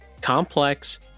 complex